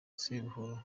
sebuhoro